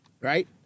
Right